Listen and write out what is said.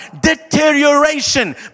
Deterioration